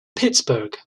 pittsburgh